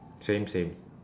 same same